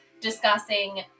discussing